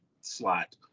slot